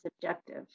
subjective